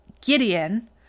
Gideon